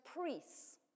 priests